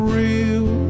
real